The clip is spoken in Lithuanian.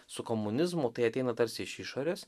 su komunizmu tai ateina tarsi iš išorės